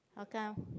how come